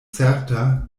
certa